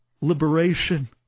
liberation